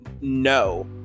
no